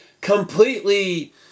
completely